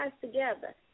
together